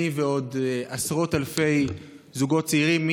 אני ועוד עשרות אלפי זוגות צעירים,